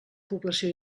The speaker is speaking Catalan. població